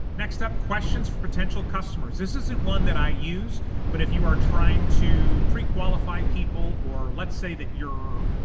next up, questions for potential customers. this isn't one that i use but if you are trying to pre-qualify people or let's say that you're,